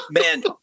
Man